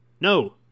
No